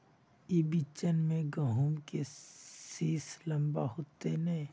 ई बिचन में गहुम के सीस लम्बा होते नय?